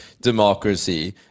democracy